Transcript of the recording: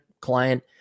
client